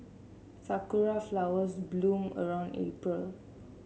sakura flowers bloom around April